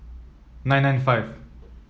nine nine five